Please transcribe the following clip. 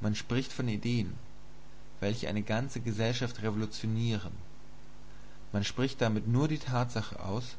man spricht von ideen welche eine ganze gesellschaft revolutionieren man spricht damit nur die tatsache aus